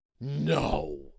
No